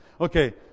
Okay